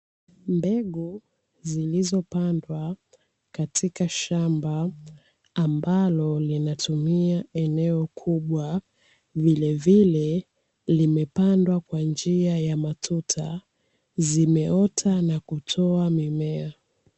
Mbegu zilizopandwa katika shamba, ambalo linatumia eneo kubwa, vilevile limepandwa kwa njia ya matuta. Zimeota na kutoa mimea.